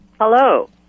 Hello